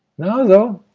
now, though,